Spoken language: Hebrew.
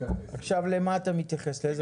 פסקה 10. וגם 12,